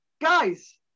guys